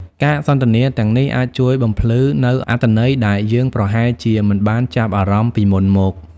ការសន្ទនាទាំងនេះអាចជួយបំភ្លឺនូវអត្ថន័យដែលយើងប្រហែលជាមិនបានចាប់អារម្មណ៍ពីមុនមក។